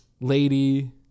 lady